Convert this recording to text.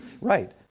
Right